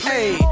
Hey